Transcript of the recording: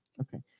Okay